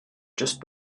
just